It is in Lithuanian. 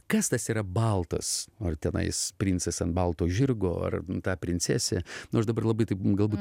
kas tas yra baltas ar tenais princas ant balto žirgo ar ta princesė nu aš dabar labai taip galbūt